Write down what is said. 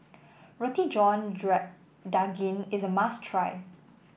Roti John Daging is a must try